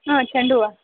ಹಾಂ ಚೆಂಡು ಹೂವಾ